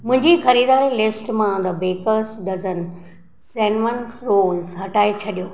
मुंहिंजी ख़रीदारी लिस्ट मां the Baker's Dozen cinnamon rolls हटाए छॾियो